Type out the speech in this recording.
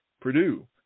Purdue